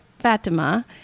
Fatima